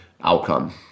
outcome